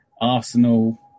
Arsenal